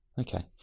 Okay